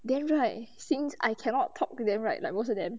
then right since I cannot talk to them right like most of them